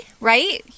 right